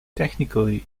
technically